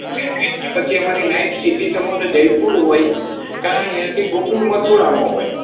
પછી અમારી નાઈટ સીધી તમને જયપુર હોય કાં ત્યાંથી ગોકુળ મથુરામાં હોય